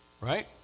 right